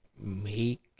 make